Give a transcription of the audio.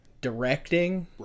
directing